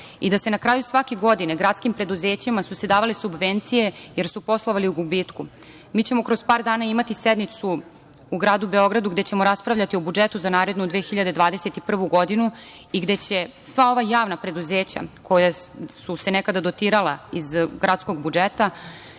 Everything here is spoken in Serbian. i da se na kraju svake godine gradskim preduzećima davale subvencije jer su poslovali u gubitku. Mi ćemo kroz par dana imati sednicu u gradu Beogradu gde ćemo raspravljati o budžetu za narednu 2021. godinu i gde će sva ova javna preduzeća koja su se nekada dotirala iz gradskog budžeta